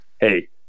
Hey